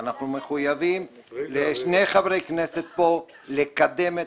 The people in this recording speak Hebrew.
אנחנו מחויבים לשני חברי כנסת פה לקדם את